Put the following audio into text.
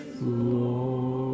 Lord